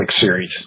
series